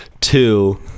two